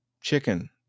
chicken